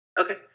Okay